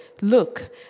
Look